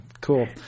cool